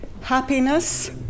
happiness